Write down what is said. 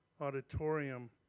auditorium